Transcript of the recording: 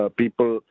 people